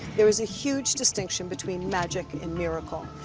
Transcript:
there is a huge distinction between magic and miracle.